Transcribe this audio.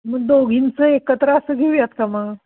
मग दोघींचं एकत्र असं घेऊयात का मग